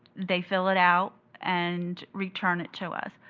they fill it out, and return it to us.